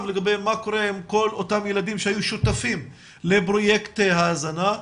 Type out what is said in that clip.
לגבי מה קורה עם כל אותם הילדים שהיו שותפים לפרויקט ההזנה.